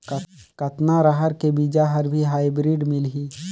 कतना रहर के बीजा हर भी हाईब्रिड मिलही?